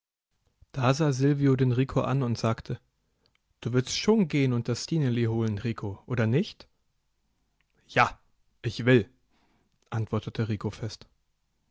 da sah silvio den rico an und sagte du willst schon gehen und das stineli holen rico oder nicht ja ich will antwortete